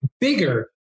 bigger